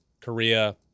Korea